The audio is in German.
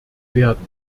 werden